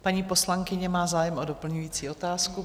Paní poslankyně má zájem o doplňující otázku.